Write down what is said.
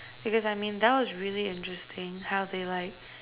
because I mean that was really interesting how they like